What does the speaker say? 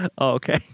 Okay